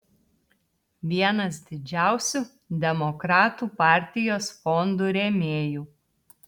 vienas didžiausių demokratų partijos fondų rėmėjų